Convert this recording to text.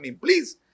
please